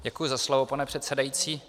Děkuji za slovo, pane předsedající.